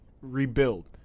rebuild